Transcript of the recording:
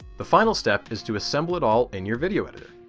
the final step is to assemble it all in your video editor!